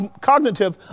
cognitive